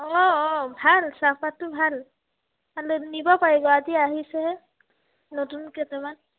অঁ অঁ ভাল চাহপাতটো ভাল ভালেই নিব পাৰিব আজি আহিছেহে নতুন কেইটামান